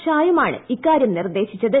ഷായുമാണ് ഇക്കാര്യം നിർദ്ദേശിച്ചത്